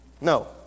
No